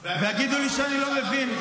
ויגידו לי שאני לא מבין.